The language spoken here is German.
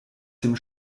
dem